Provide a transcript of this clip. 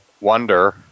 wonder